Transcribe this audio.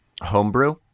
Homebrew